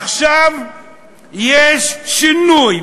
עכשיו יש שינוי,